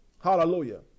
Hallelujah